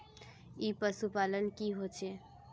ई पशुपालन की होचे?